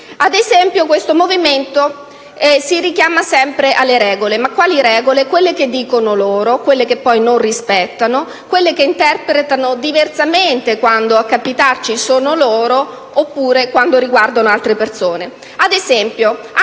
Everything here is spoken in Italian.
Ad esempio, questo Movimento si richiama sempre alle regole. Ma quali regole? Quelle che dicono loro e che poi non rispettano, quelle che interpretano diversamente a seconda che riguardino loro o altre persone.